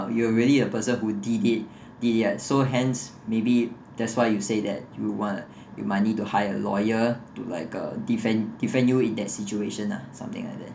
you are really the person who did it did it lah so hence maybe that's why you said that you uh you may need to hire a lawyer to like uh defend you defend you in that situation lah something like that